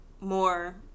more